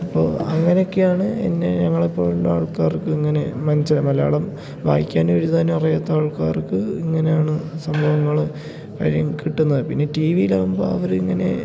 അപ്പോൾ അങ്ങനെയൊക്കെയാണ് എന്നെ ഞങ്ങളെ പോലുള്ള ആൾക്കാർക്കിങ്ങനെ മൻച് മലയാളം വായിക്കാനും എഴുതാനും അറിയാത്ത ആൾക്കാർക്ക് ഇങ്ങനെയാണ് സംഭവങ്ങൾ കാര്യം കിട്ടുന്ന പിന്നെ ടീ വിയിലാകുമ്പോൾ അവരിങ്ങനെ